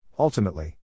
Ultimately